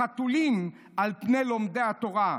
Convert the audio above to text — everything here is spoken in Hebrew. "חתולים על פני לומדי התורה.